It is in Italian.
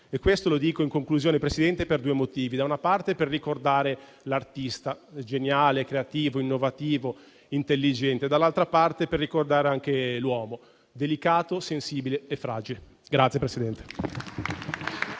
Questo lo dico, in conclusione, signor Presidente, per due motivi: da una parte per ricordare l'artista geniale, creativo, innovativo, intelligente; dall'altra parte per ricordare anche l'uomo delicato, sensibile e fragile.